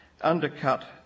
undercut